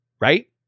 right